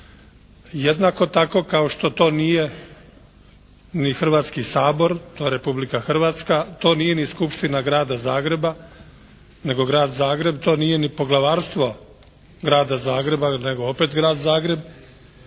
Jednako tako kao što to nije ni Hrvatski sabor, to je Republika Hrvatska, to nije ni Skupština Grada Zagreba, nego Grad Zagreb, to nije ni Poglavarstvo Grada Zagreba nego opet Grad Zagreb.